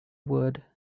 would